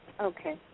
Okay